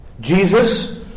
Jesus